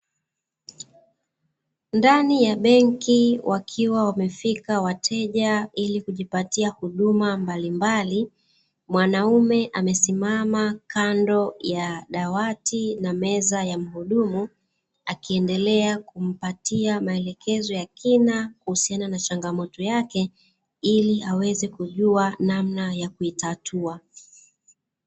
Ndani ya benki wakiwa wamefika wateja ili kujipatia huduma mbalimbali, mwanaume amesimama kando ya dawati na meza ya mhudumu akiendelea kumpatia maelekezo ya kina kuhusiana na changamoto yake ili aweze kujua namna ya kuitatua.